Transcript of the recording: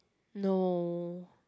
no